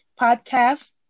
podcast